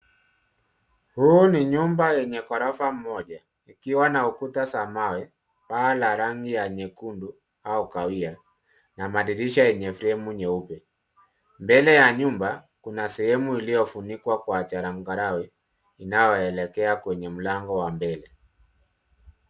Huu ni nyumba yenye ghorofa moja, ikiwa na ukuta za mawe, paa la rangi ya nyekundu au kahawia na madirisha yenye fremu nyeupe. Mbele ya nyumba kuna sehemu iliyofunikwa kwa changarawe inayoelekea kwenye mlango wa mbele.